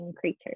creatures